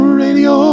radio